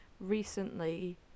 recently